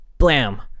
Blam